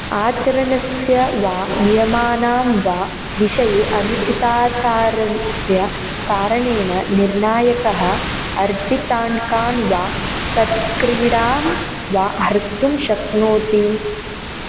आचरणस्य वा नियमानां वा विषये अनुचिताचारस्य कारणेन निर्णायकः अर्जिताण्ड् कान् वा तत् क्रीडां वा हर्तुं शक्नोति